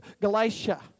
Galatia